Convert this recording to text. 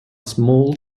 small